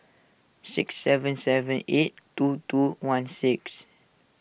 six seven seven eight two two one six